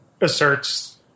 asserts